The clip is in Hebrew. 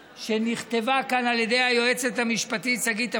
שנכתבה כאן על ידי היועצת המשפטית שגית אפיק,